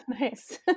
nice